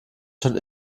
schon